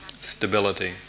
stability